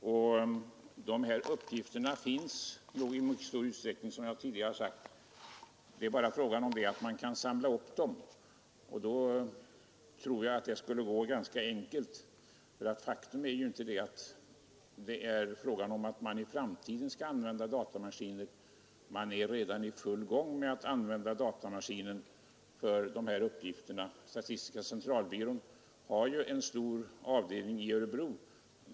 Och uppgifterna finns nog i mycket stor utsträckning, som jag tidigare har sagt; det är bara fråga om att samla upp dem, och jag tror att det skulle vara ganska enkelt. Det rör sig ju inte om att man i framtiden skall använda datamaskiner för det här ändamålet, utan man är redan i full gång med det. Statistiska centralbyrån har ju en stor datacentral i Örebro.